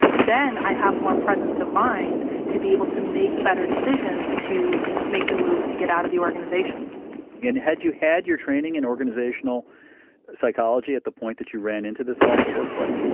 then i have more presence of mind to be able to make better decisions to make the moves to get out of the organization and had you had your training in organizational psychology at the point that you ran into this awful workplace?